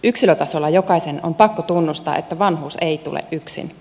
yksilötasolla jokaisen on pakko tunnustaa että vanhuus ei tule yksin